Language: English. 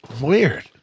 Weird